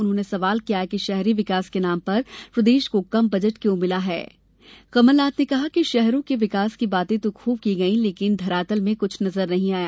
उन्होंने सवाल किया है कि शहरी विकास के नाम पर प्रदेश को कम बजट क्यों मिला है कमलनाथ ने कहा है कि शहरों के विकास की बातें तो खूब की गई हैं लेकिन धरातल में कृष्ठ नजर नहीं आ रहा